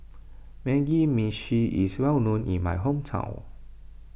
Mugi Meshi is well known in my hometown